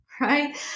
Right